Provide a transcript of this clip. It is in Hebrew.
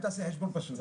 אם תעשה חשבון פשוט.